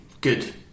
good